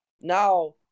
now